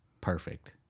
perfect